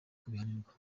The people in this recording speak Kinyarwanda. kubihanirwa